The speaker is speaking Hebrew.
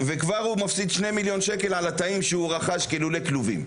וכבר הו מפסיד 2,000,000 שקלים על התאים שהוא רכש כלולי כלובים.